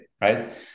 right